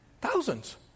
Thousands